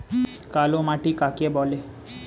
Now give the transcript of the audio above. কালো মাটি কাকে বলে?